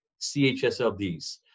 CHSLDs